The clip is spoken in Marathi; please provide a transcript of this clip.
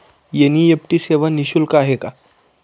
एन.इ.एफ.टी सेवा निःशुल्क आहे का?